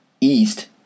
East